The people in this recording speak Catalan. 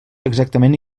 exactament